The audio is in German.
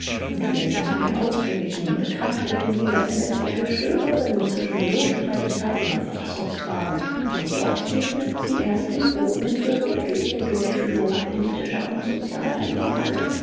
und wir sind ihr ausgewichen betrachteten sie als lästige störerin zwischen lohnstreitigkeiten und verfassungsfragen und doch ebnet sie erst den boden für wirkliche durchführung politischer und sozialer ideale